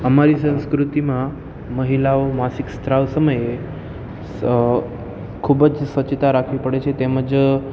અમારી સંસ્કૃતિમાં મહિલાઓ માસિક સ્ત્રાવ સમયે ખૂબ જ સચેતતા રાખવી પડે છે તેમજ